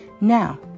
Now